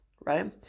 right